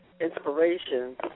inspiration